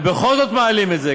ובכל זאת מעלים את זה,